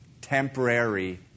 temporary